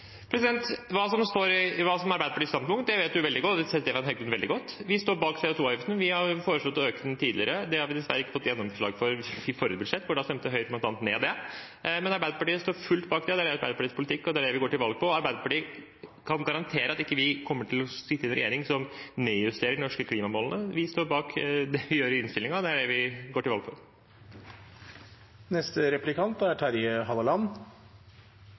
Hva som er Arbeiderpartiets standpunkt, vet Stefan Heggelund veldig godt. Vi står bak CO 2 -avgiften, og vi har foreslått å øke den tidligere. Det fikk vi dessverre ikke gjennomslag for i forrige budsjett – da stemte bl.a. Høyre ned det. Arbeiderpartiet står fullt bak det, det er Arbeiderpartiets politikk, og det er det vi går til valg på. Arbeiderpartiet kan garantere at vi ikke kommer til å sitte i en regjering som nedjusterer de norske klimamålene. Vi står bak det vi gjør i innstillingen, og det er det vi går til valg